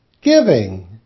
Giving